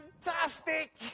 fantastic